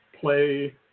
play